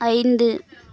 ஐந்து